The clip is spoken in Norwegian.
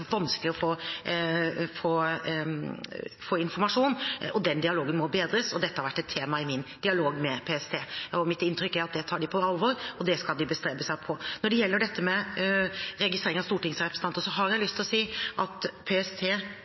å få informasjon. Den dialogen må bedres, og dette har vært et tema i min dialog med PST. Mitt inntrykk er at dette tar de på alvor, og at de bestreber seg på det. Når det gjelder registrering av stortingsrepresentanter, har jeg lyst å si at PST